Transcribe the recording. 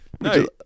No